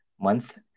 month